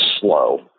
slow